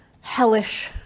hellish